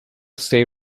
stay